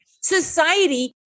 society